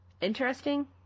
interesting